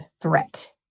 threat